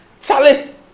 Charlie